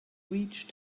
reach